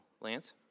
Lance